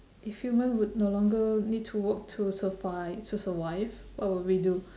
if human would no longer need to work to survive to survive what would we do